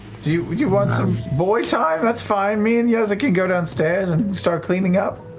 do you want some boy time, that's fine me and yeza can go downstairs and start cleaning up.